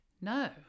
no